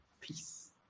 Peace